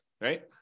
right